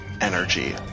energy